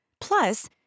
Plus